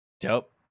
Dope